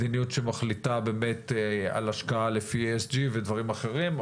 מדיניות שמחליטה באמת על השקעה על פי ESG ודברים אחרים.